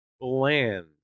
bland